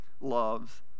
loves